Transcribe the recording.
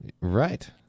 Right